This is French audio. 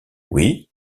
oui